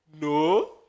No